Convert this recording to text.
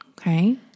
Okay